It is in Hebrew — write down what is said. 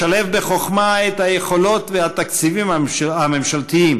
לשלב בחוכמה את היכולות והתקציבים הממשלתיים